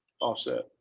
offset